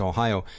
Ohio